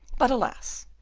but, alas!